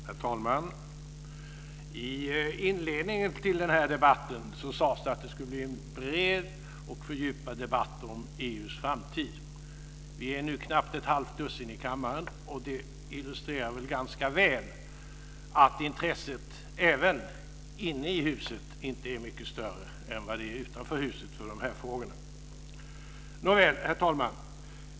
Herr talman! I inledningen till den här debatten sades det att det skulle bli en bred och fördjupad debatt om EU:s framtid. Vi är nu knappt ett halvt dussin i kammaren, och det illustrerar ganska väl att intresset inne i huset inte är mycket större än vad det är utanför huset för de här frågorna. Nåväl, herr talman!